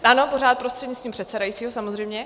Ano, pořád prostřednictvím předsedajícího, samozřejmě.